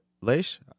Leish